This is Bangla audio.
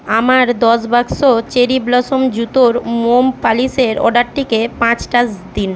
আমার দশ বাক্স চেরি ব্লসম জুতোর মোম পালিশের অর্ডারটিকে পাঁচ স্টার্স দিন